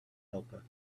helper